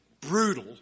brutal